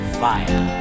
fire